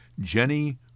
Jenny